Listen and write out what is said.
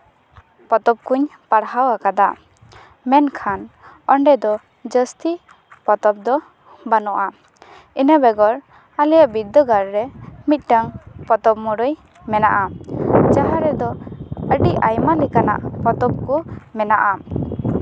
ᱯᱚᱛᱚᱵ ᱠᱚᱹᱧ ᱯᱟᱲᱦᱟᱣ ᱟᱠᱟᱫᱟ ᱢᱮᱱᱠᱷᱟᱱ ᱚᱸᱰᱮ ᱫᱚ ᱡᱟᱹᱥᱛᱤ ᱯᱚᱛᱚᱵ ᱫᱚ ᱵᱟᱹᱱᱩᱜᱼᱟ ᱤᱱᱟᱹ ᱵᱮᱜᱚᱨ ᱟᱞᱮᱭᱟᱜ ᱵᱤᱫᱽᱫᱟᱹᱜᱟᱲᱨᱮ ᱢᱤᱫᱴᱟᱝ ᱯᱚᱛᱚᱵ ᱢᱩᱨᱟᱹᱭ ᱢᱮᱱᱟᱜᱼᱟ ᱡᱟᱦᱟᱸ ᱨᱮᱫᱚ ᱟᱹᱰᱤ ᱟᱭᱢᱟ ᱞᱮᱠᱟᱱᱟᱜ ᱯᱚᱛᱚᱵ ᱠᱚ ᱢᱮᱱᱟᱜᱼᱟ